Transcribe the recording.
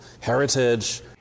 heritage